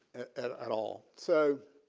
at at all. so